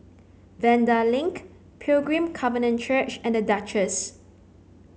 Vanda Link Pilgrim Covenant Church and The Duchess